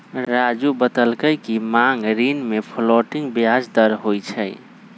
राज़ू बतलकई कि मांग ऋण में फ्लोटिंग ब्याज दर होई छई